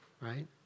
right